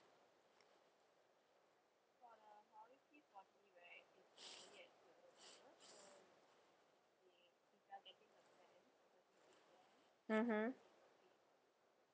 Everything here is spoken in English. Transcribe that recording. mmhmm